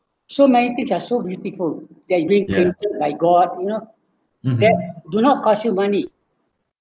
so many things are so beautiful that great thing like god you know that do not cost you money